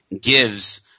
gives